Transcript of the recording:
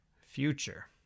future